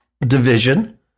division